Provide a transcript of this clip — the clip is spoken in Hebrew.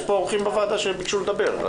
יש כאן אורחים שביקשו לדבר.